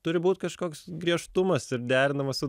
turi būt kažkoks griežtumas ir derinamas su